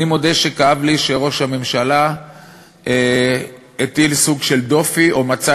אני מודה שכאב לי שראש הממשלה הטיל סוג של דופי או מצא